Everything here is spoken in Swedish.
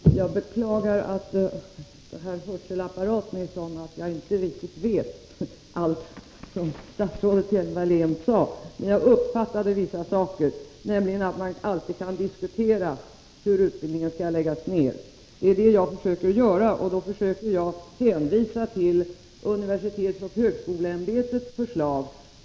Herr talman! Jag beklagar att högtalarsystemet är sådant att jag inte riktigt hörde allt vad statsrådet Hjelm-Wallén sade. Men jag uppfattade ändå vissa saker, nämligen att man alltid kan diskutera hur utbildningen skall läggas ner. Det är vad jag försöker göra, och då försöker jag hänvisa till universitetsoch högskoleämbetets förslag.